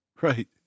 Right